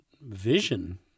vision